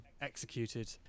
executed